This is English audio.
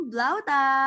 Blauta